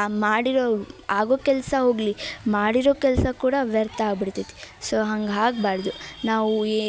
ಆ ಮಾಡಿರೋ ಆಗೋ ಕೆಲಸ ಹೋಗಲಿ ಮಾಡಿರೋ ಕೆಲಸ ಕೂಡ ವ್ಯರ್ಥ ಆಗ್ಬಿಡ್ತೈತಿ ಸೊ ಹಂಗೆ ಹಾಗ್ಬಾರದು ನಾವು ಈ